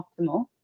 optimal